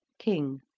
king.